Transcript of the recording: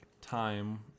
time